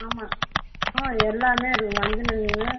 ஆமாம் ம் எல்லாமே இருக்கும் வஞ்சிர மீன்